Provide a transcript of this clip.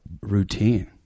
routine